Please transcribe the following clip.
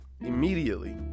immediately